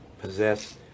possess